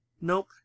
Nope